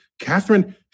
Catherine